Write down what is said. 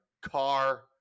car